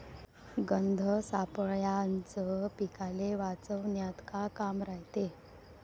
गंध सापळ्याचं पीकाले वाचवन्यात का काम रायते?